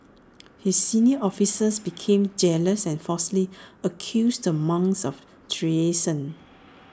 his senior officials became jealous and falsely accused the monks of treason